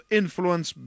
influence